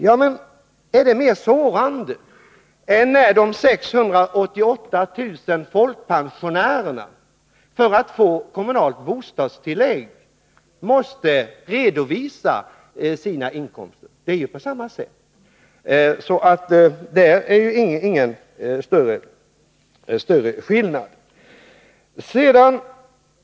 Ja, men är det mer sårande än när de 688 000 folkpensionärerna måste redovisa sina inkomster för att få kommunalt bostadstillägg? Det är ju på samma sätt, så det blir ingen större skillnad.